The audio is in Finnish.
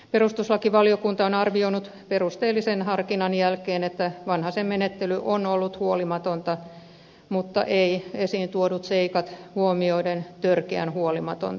perustuslakivaliokunta on arvioinut perusteellisen harkinnan jälkeen että vanhasen menettely on ollut huolimatonta mutta ei esiin tuodut seikat huomioiden törkeän huolimatonta